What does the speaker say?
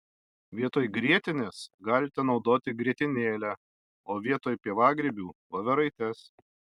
vietoj grietinės galite naudoti grietinėlę o vietoj pievagrybių voveraites